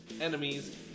enemies